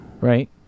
Right